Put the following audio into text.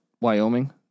Wyoming